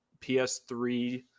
PS3